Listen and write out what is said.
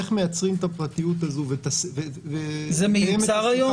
איך מייצרים את הפרטיות- -- מה מיוצר היום?